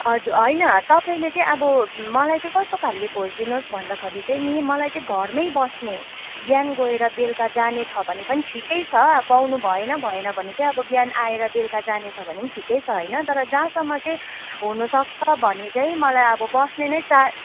हजुर होइन तपाईँले चाहिँ अब मलाई चाहिँ कस्तो खालके खोजिदिनु होस् भन्दाखेरि चाहिँ नि मलाई चाहिँ घरमै बस्ने बिहान गएर बेलुका जाने छ भने पनि ठिकै छ अब पाउनु भएन भएन भने चाहिँ अब बिहान आएर बेलुका जाने छ भने पनि ठिकै छ होइन तर जहाँसम्म चाहिँ हुनसक्छ भने चाहिँ मलाई अब बस्ने नै चा